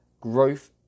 growth